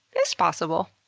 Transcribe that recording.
it's possible.